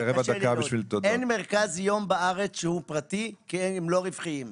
אין מרכז יום בארץ שהוא פרטי כי הם לא רווחיים,